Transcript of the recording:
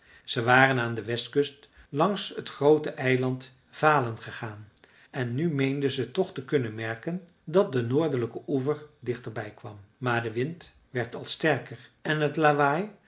ze waren aan de westkust langs het groote eiland valen gegaan en nu meenden ze toch te kunnen merken dat de noordelijke oever dichter bij kwam maar de wind werd al sterker en het lawaai